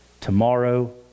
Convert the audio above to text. Tomorrow